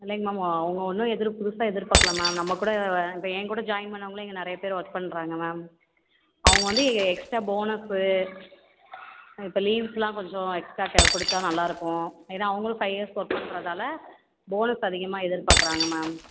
இல்லைங்க மேம் அவங்க ஒன்றும் எதிர் புதுசாக எதிர்பார்க்கல மேம் நம்ம கூட இப்போ என் கூட ஜாயின் பண்ணவங்களே இங்கே நிறைய பேர் ஒர்க் பண்ணுறாங்க மேம் அவங்க வந்து எக்ஸ்ட்ரா போனஸ்ஸு இப்போ லீவுக்கெல்லாம் கொஞ்சம் எக்ஸ்ட்ரா தேவைப்படுது கொடுத்தா நல்லாயிருக்கும் ஏன்னா அவங்களும் ஃபைவ் இயர்ஸ் ஒர்க் பண்ணுறதால போனஸ் அதிகமாக எதிர்பாக்கிறாங்க மேம்